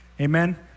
amen